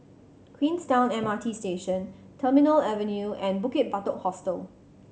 Queenstown M R T Station Terminal Avenue and Bukit Batok Hostel